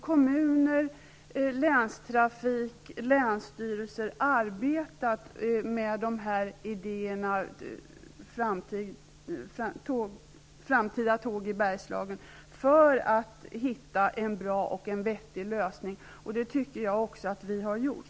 Kommuner, länstrafik och länsstyrelser har arbetat med dessa idéer om den framtida tågtrafiken i Bergslagen för att finna en bra och vettig lösning, och jag tycker att vi har lyckats med det.